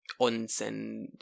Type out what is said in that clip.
onsen